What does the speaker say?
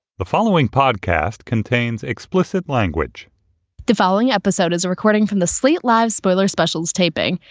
the following podcast contains explicit language the following episode is a recording from the slate live. spoiler specials taping.